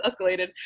escalated